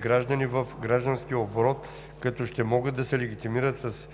граждани в гражданския оборот, като ще могат да се легитимират с